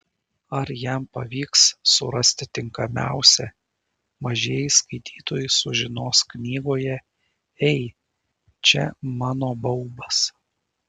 ar jam pavyks surasti tinkamiausią mažieji skaitytojai sužinos knygoje ei čia mano baubas